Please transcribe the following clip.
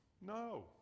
No